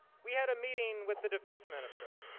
we had a meeting with the defense minister,